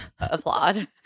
applaud